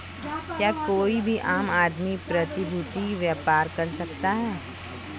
क्या कोई भी आम आदमी प्रतिभूती व्यापार कर सकता है?